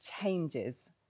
changes